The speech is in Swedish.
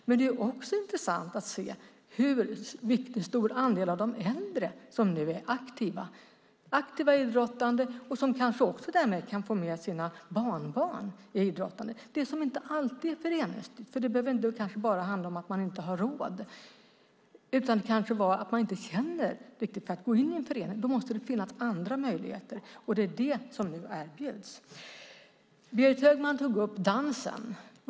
Men det är också intressant att se hur stor andel av de äldre som nu är aktiva idrottande och som därmed kanske kan få med sina barnbarn i idrottandet, det som inte alltid är föreningsliv, för det kanske inte bara handlar om att man inte har råd, utan det kanske gällde att man inte riktigt känner för att gå in i en förening. Då måste det finnas andra möjligheter, och det är det som nu erbjuds. Berit Högman tog upp dansen.